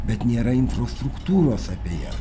bet nėra infrastruktūros apie ją